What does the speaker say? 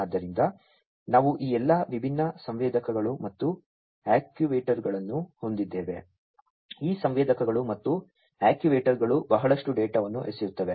ಆದ್ದರಿಂದ ನಾವು ಈ ಎಲ್ಲಾ ವಿಭಿನ್ನ ಸಂವೇದಕಗಳು ಮತ್ತು ಆಕ್ಯೂವೇಟರ್ಗಳನ್ನು ಹೊಂದಿದ್ದೇವೆ ಈ ಸಂವೇದಕಗಳು ಮತ್ತು ಆಕ್ಯೂವೇಟರ್ಗಳು ಬಹಳಷ್ಟು ಡೇಟಾವನ್ನು ಎಸೆಯುತ್ತವೆ